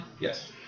Yes